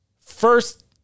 First